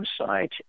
website